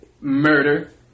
murder